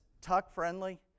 tuck-friendly